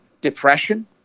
depression